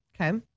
Okay